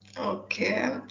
Okay